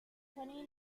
twenty